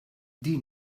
din